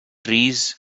trees